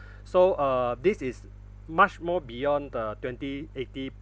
so uh this is much more beyond the twenty eighty